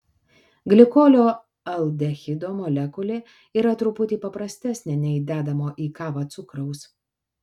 glikolio aldehido molekulė yra truputį paprastesnė nei dedamo į kavą cukraus